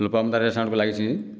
ଲୋପମୁଦ୍ରା ରେଷ୍ଟୁରାଣ୍ଟକୁ ଲାଗିଛି କି